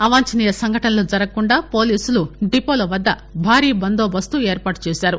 అవాంఛనీయ సంఘటనలు జరుగకుండా పోలీసులు డిపోల వద్ద భారీ బందోబస్తును ఏర్పాటు చేశారు